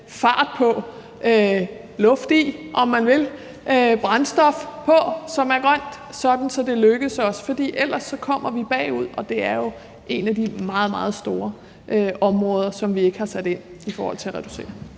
og hældt brændstof på, som er grønt, sådan at det lykkes os. For ellers kommer vi bagud, og det er jo et af de meget, meget store områder, som vi ikke har sat ind på i forhold til at reducere.